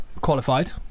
Qualified